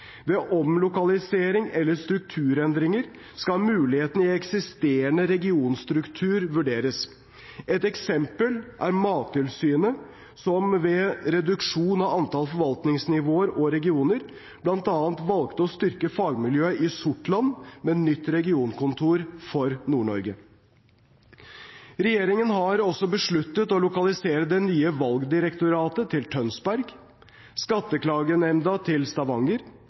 Ved omlokalisering eller strukturendringer skal mulighetene i eksisterende regionstruktur vurderes. Et eksempel er Mattilsynet, som ved reduksjon av antallet forvaltningsnivåer og regioner bl.a. valgte å stryke fagmiljøet i Sortland med nytt regionkontor for Nord-Norge. Regjeringen har også besluttet å lokalisere det nye Valgdirektoratet til Tønsberg, Skatteklagenemnda til Stavanger,